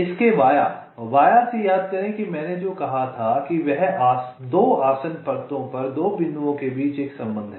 इसके वाया वाया से याद करें कि मैंने जो कहा था वह 2 आसन्न परतों पर 2 बिंदुओं के बीच एक संबंध है